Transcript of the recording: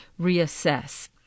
reassess